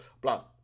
Blah